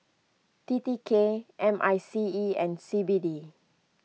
T T K M I C E and C B D